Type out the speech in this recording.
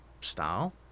style